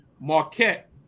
Marquette